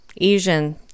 Asian